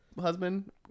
husband